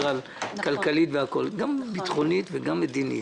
גם ביטחונית וגם מדינית.